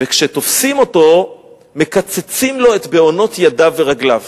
וכשתופסים אותו מקצצים לו את בהונות ידיו ורגליו.